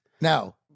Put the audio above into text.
now